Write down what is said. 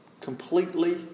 Completely